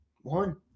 one